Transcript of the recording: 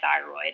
thyroid